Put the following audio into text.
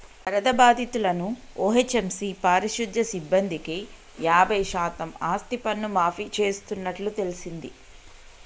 వరద బాధితులను ఓ.హెచ్.ఎం.సి పారిశుద్య సిబ్బందికి యాబై శాతం ఆస్తిపన్ను మాఫీ చేస్తున్నట్టు తెల్సింది